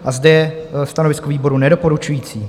A zde je stanovisko výboru nedoporučující.